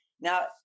Now